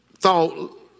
thought